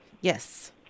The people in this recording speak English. Yes